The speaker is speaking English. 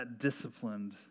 disciplined